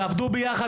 תעבדו ביחד,